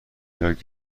یاد